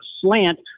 slant